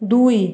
দুই